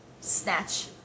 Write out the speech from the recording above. Snatch